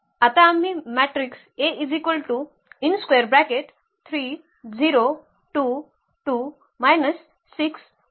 आता आम्ही मॅट्रिक्स ची रँक शोधू